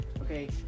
Okay